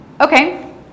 Okay